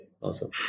Awesome